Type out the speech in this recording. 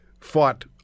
fought